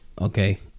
okay